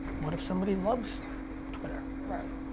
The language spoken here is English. what if somebody loves twitter. right.